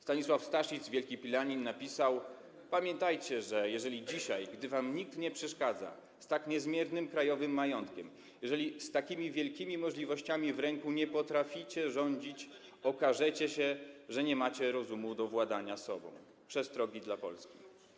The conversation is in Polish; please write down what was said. Stanisław Staszic, wielki pilanin, napisał: Pamiętajcie, że jeżeli dzisiaj, gdy wam nikt nie przeszkadza, z tak niezmiernym krajowym majątkiem; jeżeli z takimi wielkimi możliwościami w ręku nie potraficie rządzić, okażecie, że nie macie rozumu do władania sobą - „Przestrogi dla Polski”